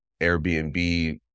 Airbnb